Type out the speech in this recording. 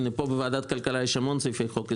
הנה, פה בוועדת הכלכלה יש המון סעיפי חוק הסדרים.